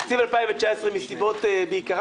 תקציב 2019, בעיקר